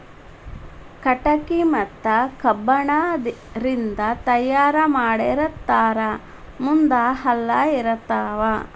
ಕಟಗಿ ಮತ್ತ ಕಬ್ಬಣ ರಿಂದ ತಯಾರ ಮಾಡಿರತಾರ ಮುಂದ ಹಲ್ಲ ಇರತಾವ